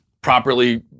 properly